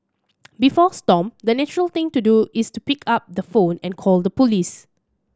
before Stomp the natural thing to do is to pick up the phone and call the police